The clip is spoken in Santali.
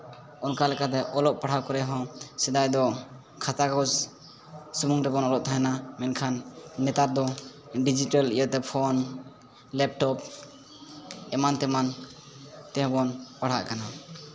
ᱚᱱᱠᱟᱞᱮᱠᱟ ᱛᱮ ᱚᱞᱚᱜ ᱯᱟᱲᱦᱟᱣ ᱠᱚᱨᱮ ᱫᱚ ᱥᱮᱫᱟᱭ ᱫᱚ ᱠᱷᱟᱛᱟ ᱠᱟᱜᱚᱡᱽ ᱥᱩᱢᱩᱝ ᱨᱮᱵᱚ ᱚᱞᱚᱜ ᱛᱟᱦᱮᱱᱟ ᱢᱮᱱᱠᱷᱟᱱ ᱱᱮᱛᱟᱨ ᱫᱚ ᱰᱤᱡᱤᱴᱮᱞ ᱤᱭᱟᱹᱛᱮ ᱯᱷᱳᱱ ᱞᱮᱯᱴᱚᱯ ᱮᱢᱟᱱ ᱛᱮᱢᱟᱱ ᱛᱮᱦᱚᱸᱵᱚᱱ ᱯᱟᱲᱦᱟᱜ ᱠᱟᱱᱟ